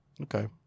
Okay